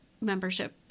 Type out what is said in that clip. membership